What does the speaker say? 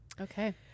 Okay